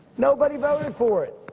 nobody voted for it.